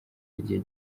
igihe